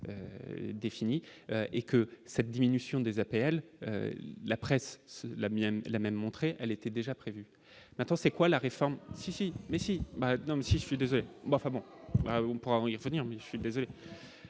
défini et que cette diminution des APL, la presse, la mienne, la même montré, elle était déjà prévue maintenant c'est quoi la réforme si, si, mais si madame, je suis désolé mais enfin bon, on pourra y revenir, mais je suis désolé,